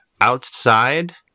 outside